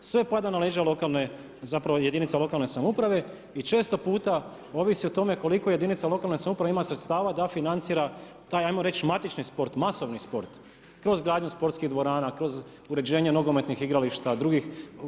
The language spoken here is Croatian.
Sve pada na leđa lokalne, zapravo jedinice lokalne samouprave i često puta ovisi o tome koliko jedinica lokalne samouprave ima sredstava da financira taj hajmo reći matični sport, masovni sport kroz gradnju sportskih dvorana, kroz uređenje nogometnih igrališta, drugih.